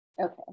Okay